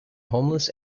homeless